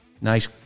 nice